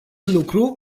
lucru